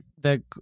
-the